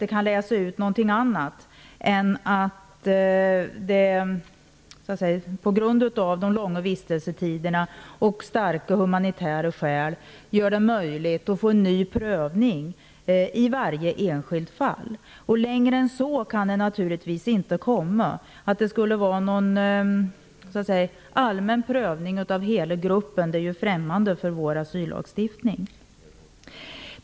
Jag kan inte läsa ut något annat än att de långa vistelsetiderna och starka humanitära skäl gör det möjligt att få en ny prövning i varje enskilt fall. Längre än så kan vi naturligtvis inte komma. Att det skulle vara en allmän prövning av hela gruppen är främmande för vår asyllagstiftning.